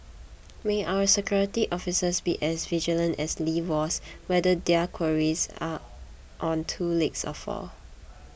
may our security officers be as vigilant as Lee was whether their quarries are on two legs or four